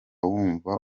wumva